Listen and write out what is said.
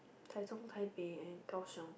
Taichung Taipei and Kaohsiung